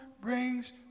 brings